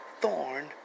thorn